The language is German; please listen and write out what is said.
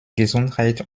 gesundheit